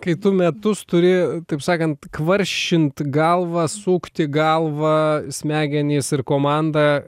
kai tu metus turi taip sakant kvaršint galvą sukti galvą smegenys ir komanda